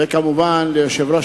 וכמובן ליושב-ראש